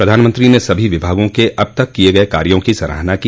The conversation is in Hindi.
प्रधानमंत्री ने सभी विभागों के अब तक किए गए कार्यों की सराहना की